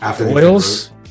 oils